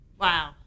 Wow